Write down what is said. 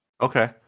Okay